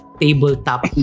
tabletop